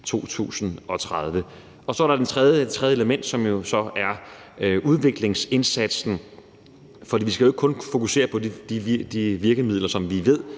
2030. Så er der det tredje element, som er udviklingsindsatsen. For vi skal jo ikke kun fokusere på de virkemidler, som vi ved